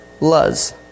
Luz